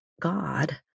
God